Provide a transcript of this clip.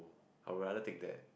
!wow! I would rather take that